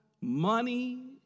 money